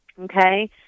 okay